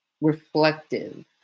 reflective